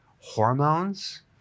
hormones